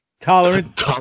Tolerant